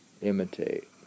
Imitate